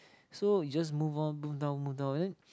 so you just move on move down move down then